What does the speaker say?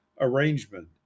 arrangement